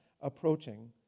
approaching